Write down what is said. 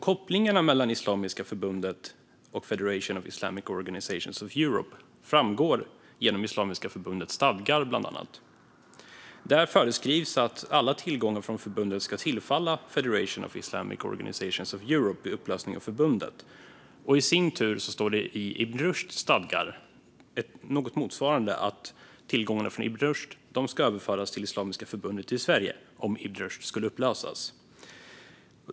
Kopplingarna mellan Islamiska förbundet och Federation of Islamic Organisations in Europe framgår bland annat genom Islamiska förbundets stadgar, som föreskriver att alla tillgångar från förbundet ska tillfalla Federation of Islamic Organisations in Europe vid upplösning av förbundet. I Ibn Rushds stadgar står något motsvarande - att tillgångarna från Ibn Rushd ska överföras till Islamiska förbundet i Sverige om Ibn Rushd skulle upplösas.